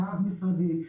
רב משרדי.